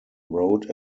wrote